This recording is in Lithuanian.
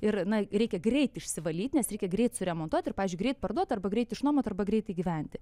ir na reikia greit išsivalyt nes reikia greit suremontuot ir pavyzdžiui greit parduot arba greit išnuomot arba greitai gyventi